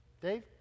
Dave